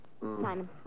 Simon